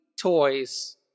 Toys